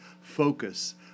focus